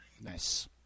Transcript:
Nice